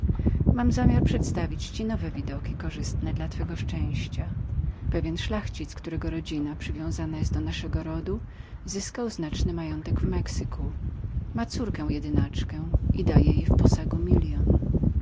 mam zamiar ofiarowania ci innych warunków korzystnych dla twego szczęścia pewien szlachcic którego rodzina oddawna jest z nami złączoną zyskał znaczny majątek w mexyku ma córkę jedynaczkę i daje jej milion